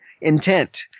intent